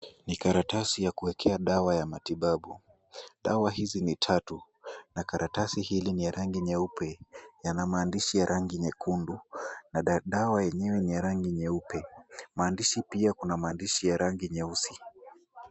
Ni karatasi ya kuekea dawa ya matibabu, dawa hizi ni tatu, na karatasi hili ni ya rangi nyeupe, yana maandishi ya rangi nyekundu, na dawa yenyewe ni ya rangi nyeupe, maandishi pia kuna maandishi ya rangi nyeusi.